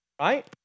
right